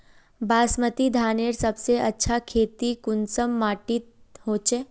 बासमती धानेर सबसे अच्छा खेती कुंसम माटी होचए?